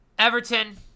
Everton